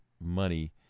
money